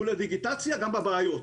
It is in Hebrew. מול הדיגיטציה גם בבעיות.